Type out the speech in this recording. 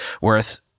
worth